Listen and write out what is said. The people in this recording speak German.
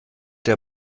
der